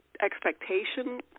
expectation